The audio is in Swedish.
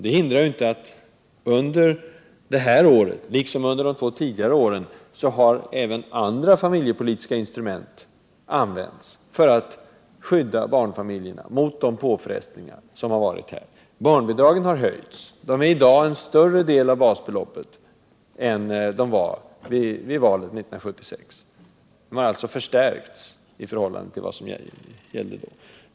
Det hindrar ju inte att under detta år liksom varit fallet under de två tidigare åren — även andra familjepolitiska instrument används för att skydda barnfamiljerna mot påfrestningar. Barnbidragen har höjts. De utgör i dag en större del av basbeloppet än vid valet 1976.